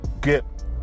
get